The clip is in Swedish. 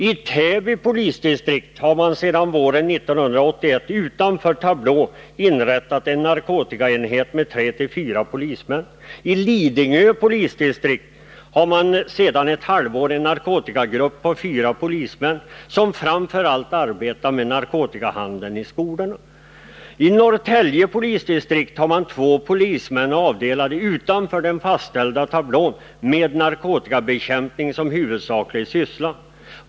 I Täby polisdistrikt har man våren 1981 utöver vad som upptas i tablån inrättat en narkotikaenhet om tre-fyra polismän. I Lidingö polisdistrikt har man sedan ett halvår en narkotikagrupp på fyra polismän, som framför allt arbetar med narkotikahandeln i skolorna. I Norrtälje polisdistrikt har man två polismän avdelade, utöver dem som ingår i den fastställda tablån, med narkotikabekämpning som huvudsaklig syssla.